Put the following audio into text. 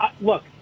look